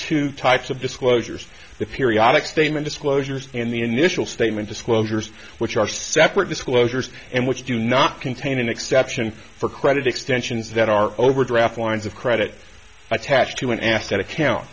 two types of disclosures the periodic statement disclosures in the initial statement disclosures which are separate disclosures and which do not contain an exception for credit extensions that are overdraft lines of credit attached to an asset account